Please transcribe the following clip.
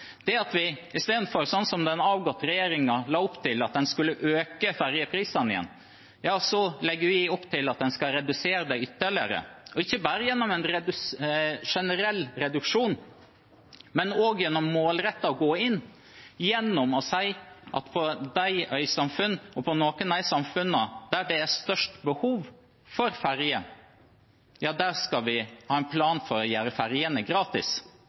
som den avgåtte regjeringen, som la opp til at en skulle øke fergeprisene igjen, legger vi opp til at en skal redusere dem ytterligere – ikke bare gjennom en generell reduksjon, men gjennom å gå målrettet inn, gjennom å si at i noen av de samfunnene der det er størst behov for ferge, skal vi ha en plan for å gjøre fergene gratis.